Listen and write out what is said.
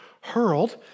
hurled